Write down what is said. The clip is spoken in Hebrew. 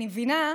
אני מבינה,